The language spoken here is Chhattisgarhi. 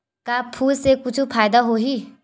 का फूल से कुछु फ़ायदा होही?